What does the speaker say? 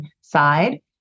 side